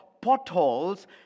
potholes